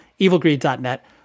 evilgreed.net